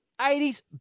80s